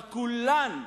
אבל כולן,